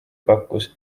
pakkus